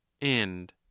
End